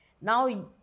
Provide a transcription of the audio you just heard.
now